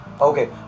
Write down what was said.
Okay